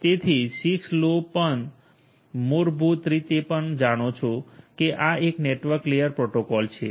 તેથી 6 લો પન મૂળભૂત રીતે આપણે જાણો છો કે આ એક નેટવર્ક લેયર પ્રોટોકોલ છે